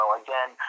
again